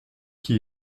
qui